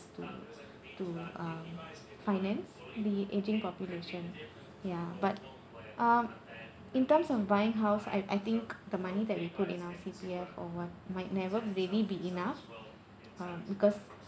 to to um finance the ageing population ya but um in terms of buying house I I think the money that we put in our C_P_F or [what] might never maybe be enough uh because